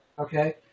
okay